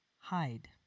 hide